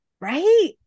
Right